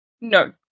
No